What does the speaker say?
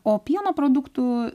o pieno produktų